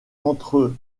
entre